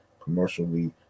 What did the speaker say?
commercially